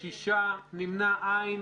7 לא אושרה.